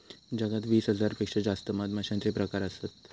जगात वीस हजार पेक्षा जास्त मधमाश्यांचे प्रकार असत